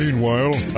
Meanwhile